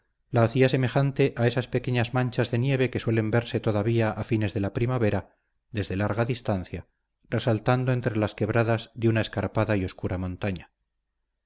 la hacía semejante a esas pequeñas manchas de nieve que suelen verse todavía a fines de la primavera desde larga distancia resaltando entre las quebradas de una escarpada y oscura montaña